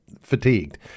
fatigued